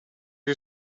you